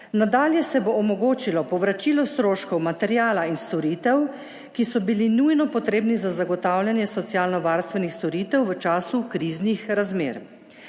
Nadalje se bo omogočilo povračilo stroškov materiala in storitev, ki so bili nujno potrebni za zagotavljanje socialno varstvenih storitev v času kriznih razmer.